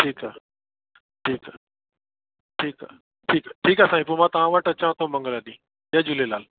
ठीकु आहे ठीकु आहे ठीकु आहे ठीकु आहे साईं पोइ मां तव्हां वटि अचांव थो मंगल ॾींहुं जय झूलेलाल